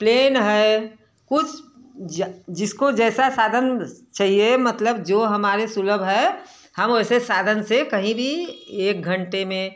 plane है जिसको जैसा साधन चाहिए मतलब जो हमारे सुलभ है हम वैसे साधन से कहीं भी एक घंटे में